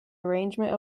arrangement